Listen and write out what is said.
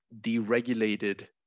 deregulated